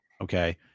okay